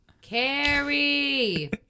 Carrie